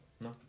No